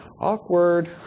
awkward